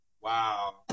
Wow